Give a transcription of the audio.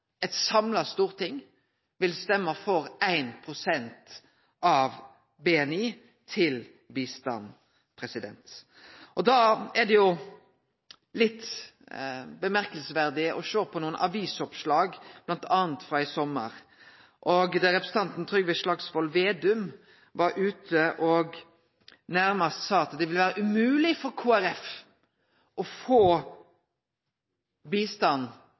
eit samla storting vil stemme for 1 pst. av BNI til bistand. Da er det jo litt interessant å sjå på nokre avisoppslag frå i sommar bl.a., der representanten Trygve Slagsvold Vedum sa at det nærast ville vere umogleg for Kristeleg Folkeparti å få bistanden opp på 1 pst. Han la òg til at det ville vere umogleg for